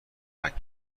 کمک